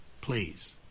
please